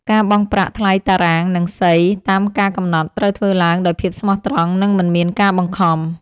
ការបង់ប្រាក់ថ្លៃតារាង និងសីតាមការកំណត់ ត្រូវធ្វើឡើងដោយភាពស្មោះត្រង់ និងមិនមានការបង្ខំ។